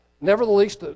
Nevertheless